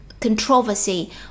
controversy